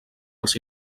als